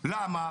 למה?